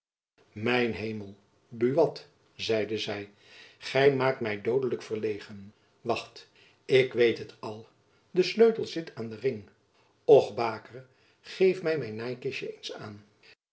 mijn hemel buat zeide zy gy maakt my doodelijk verlegen wacht ik weet het al de sleutel zit aan den ring och baker geef my mijn naaikistjen eens aan